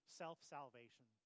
self-salvation